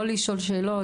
לא לשאול שאלות.